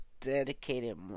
dedicated